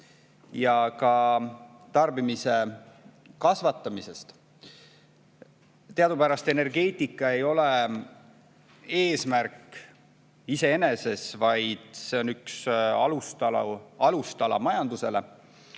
ka tarbimise kasvatamisest. Teadupärast energeetika ei ole eesmärk iseeneses, vaid see on üks majanduse